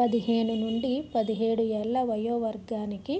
పదిహేను నుండి పదిహేడు ఏళ్ళ వయో వర్గానికి